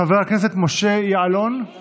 חבר הכנסת משה יעלון, בבקשה,